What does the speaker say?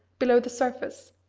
below the surface,